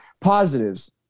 Positives